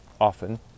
often